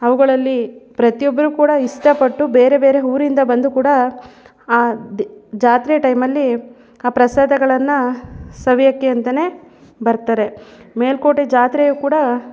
ಅವುಗಳಲ್ಲಿ ಪ್ರತಿಯೊಬ್ಬರು ಕೂಡ ಇಷ್ಟಪಟ್ಟು ಬೇರೆ ಬೇರೆ ಊರಿಂದ ಬಂದು ಕೂಡ ಆ ದ್ ಜಾತ್ರೆ ಟೈಮಲ್ಲಿ ಆ ಪ್ರಸಾದಗಳನ್ನು ಸವಿಯೋಕ್ಕೆ ಅಂತಲೇ ಬರ್ತಾರೆ ಮೇಲುಕೋಟೆ ಜಾತ್ರೆಯು ಕೂಡ